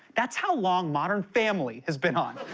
that's how long modern family has been on.